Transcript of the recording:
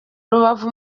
rubavu